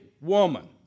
woman